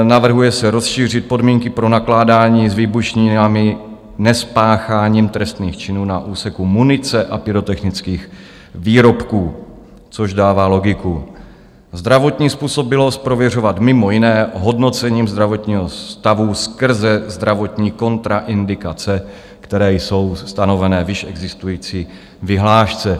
Navrhuje se rozšířit podmínky pro nakládání s výbušninami nespácháním trestných činů na úseku munice a pyrotechnických výrobků, což dává logiku, zdravotní způsobilost prověřovat mimo jiné hodnocením zdravotního stavu skrze zdravotní kontraindikace, které jsou stanoveny v již existující vyhlášce.